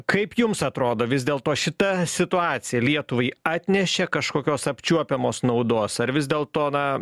kaip jums atrodo vis dėlto šita situacija lietuvai atnešė kažkokios apčiuopiamos naudos ar vis dėlto na